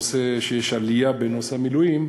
שיש עלייה בנושא המילואים,